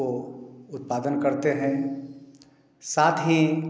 वो उत्पादन करते हैं साथ ही